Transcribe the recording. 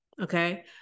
okay